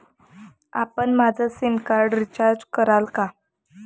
आपण माझं sim card recharge कराल का?